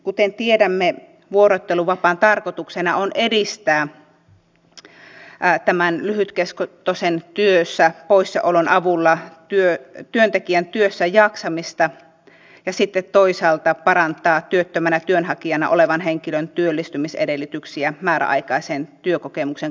kuten tiedämme vuorotteluvapaan tarkoituksena on edistää tämän lyhytkestoisen työstäpoissaolon avulla työntekijän työssäjaksamista ja sitten toisaalta parantaa työttömänä työnhakijana olevan henkilön työllistymisedellytyksiä määräaikaisen työkokemuksen kautta